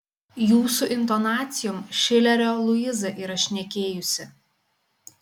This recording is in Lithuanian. jūsų intonacijom šilerio luiza yra šnekėjusi